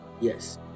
yes